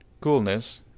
coolness